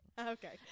Okay